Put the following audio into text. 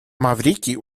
маврикий